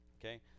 Okay